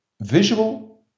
visual